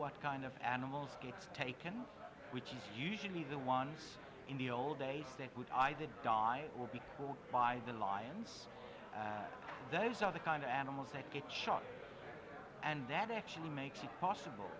what kind of animals gets taken which is usually the one in the old days that would i the diet will be cooled by the lions those are the kind of animals that get shot and that actually makes it possible